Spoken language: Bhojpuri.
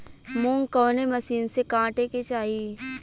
मूंग कवने मसीन से कांटेके चाही?